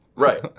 Right